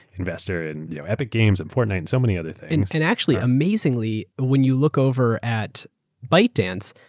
investor in you know epic games and fortnight and so many other things. and actually, amazingly, when you look over at bytedance,